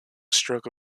stroke